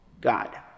God